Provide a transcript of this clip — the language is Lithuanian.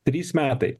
trys metai